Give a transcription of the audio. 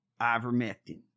Ivermectin